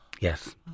Yes